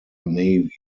navy